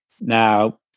Now